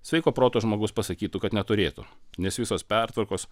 sveiko proto žmogus pasakytų kad neturėtų nes visos pertvarkos